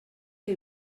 que